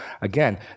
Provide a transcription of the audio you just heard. Again